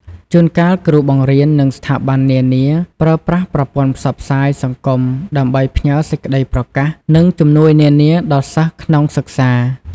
ជួនកាលគ្រូបង្រៀន និងស្ថាប័ននានាប្រើប្រាស់ប្រព័ន្ធផ្សព្វផ្សាយសង្គមដើម្បីផ្ញើសេចក្តីប្រកាស និងជំនួយនានាដល់សិស្សក្នុងសិក្សា។